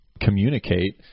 communicate